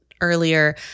earlier